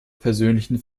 persönlichen